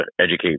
educate